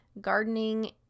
gardening